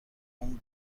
اون